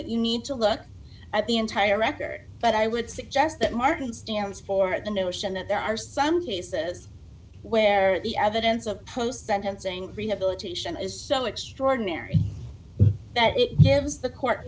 that you need to look at the entire record but i would suggest that martin stands for the notion that there are some cases where the evidence of post sentencing rehabilitation is so extraordinary that it gives the court